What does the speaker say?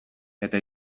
eta